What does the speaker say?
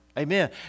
Amen